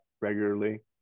regularly